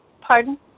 Pardon